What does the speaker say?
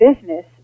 business